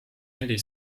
neli